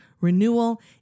renewal